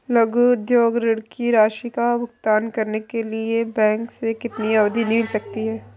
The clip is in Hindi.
लघु उद्योग ऋण की राशि का भुगतान करने के लिए बैंक से कितनी अवधि मिल सकती है?